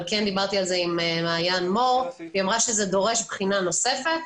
אבל כן דיברתי על כך עם מעיין מור והיא אמרה שזה דורש בחינה נוספת.